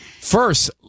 First